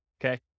okay